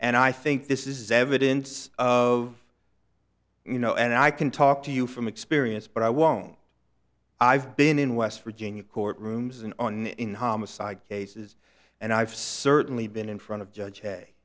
and i think this is evidence of you know and i can talk to you from experience but i won't i've been in west virginia courtrooms and on in homicide cases and i've certainly been in front of judge hey